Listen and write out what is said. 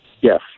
Yes